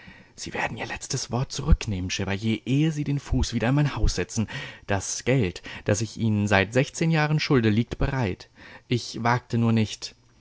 sie werden ihr letztes wort zurücknehmen chevalier ehe sie den fuß wieder in mein haus setzen das geld das ich ihnen seit sechzehn jahren schulde liegt bereit ich wagte nur nicht